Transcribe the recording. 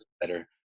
better